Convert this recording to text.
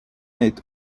est